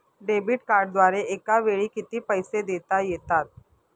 Debit कार्डद्वारे एकावेळी किती पैसे देता येतात?